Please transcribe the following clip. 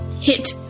hit